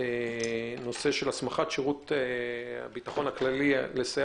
בנושא של הסמכת שירות הביטחון הכללי לסייע